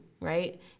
right